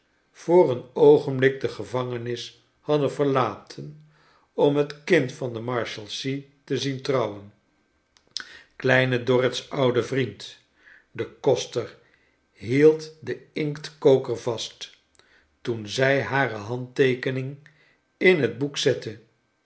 voor een oogenblik de gevangenis hadden verlaten om het kind van de marshalsea te zien trouwen kleine dorrit's oude vriend de koster hield den inktkoker vast toen zij hare handteekening in het boek zetfce